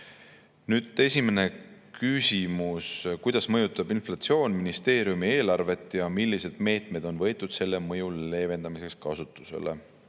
ole. Esimene küsimus: "Kuidas mõjutab inflatsioon ministeeriumi eelarvet ja millised meetmed on võetud selle mõju leevendamiseks?"